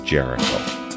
Jericho